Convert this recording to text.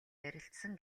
ярилцсан